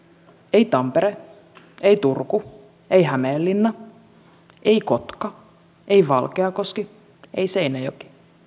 ei tampere ei turku ei hämeenlinna ei kotka ei valkeakoski ei seinäjoki